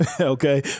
Okay